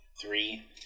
three